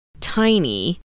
tiny